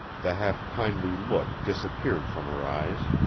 the half-kindly look disappeared from her eyes,